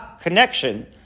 connection